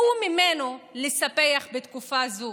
לספח בתקופה זו,